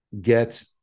get